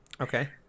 okay